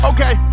Okay